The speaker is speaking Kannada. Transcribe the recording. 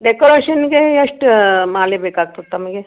ಡೆಕೋರೇಷನ್ಗೆ ಎಷ್ಟು ಮಾಲೆ ಬೇಕಾಗುತ್ತೆ ತಮಗೆ